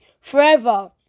forever